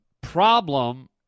problem